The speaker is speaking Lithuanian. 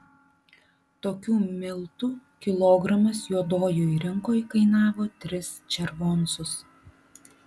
tokių miltų kilogramas juodojoj rinkoj kainavo tris červoncus